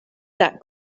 that